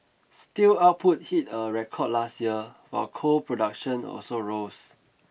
steel output hit a record last year while coal production also rose